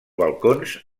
balcons